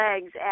legs